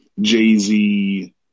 Jay-Z